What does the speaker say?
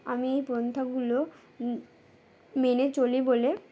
আমি এই পন্থাগুলো মেনে চলি বলে